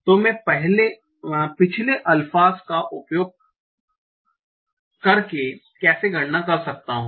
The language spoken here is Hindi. तो मैं पिछले अल्फ़ास् का उपयोग करके कैसे गणना कर सकता हूं